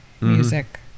music